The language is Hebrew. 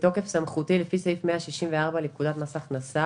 "בתוקף סמכותי לפי סעיף 164 לפקודת מס הכנסה,